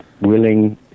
willing